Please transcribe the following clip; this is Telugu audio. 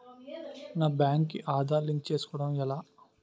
నా బ్యాంక్ కి ఆధార్ లింక్ చేసుకోవడం ఎలా?